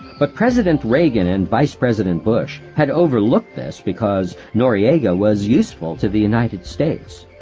but president reagan and vice-president bush had overlooked this because noriega was useful to the united states.